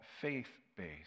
faith-based